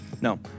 No